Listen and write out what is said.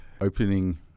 opening